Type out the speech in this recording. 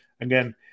Again